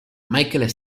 michael